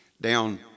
down